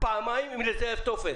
אם לזייף טופס.